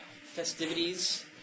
festivities